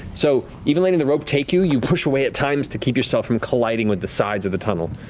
so, even letting the rope take you, you push away at times to keep yourself from colliding with the sides of the tunnel,